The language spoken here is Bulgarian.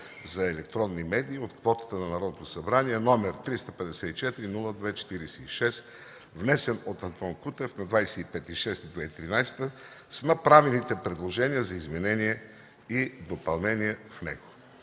за електронни медии от квотата на Народното събрание, № 354-02-46, внесен от Антон Кутев на 25 юни 2013 г., с направените предложения за изменения и допълнения в него.”